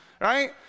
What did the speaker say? right